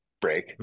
break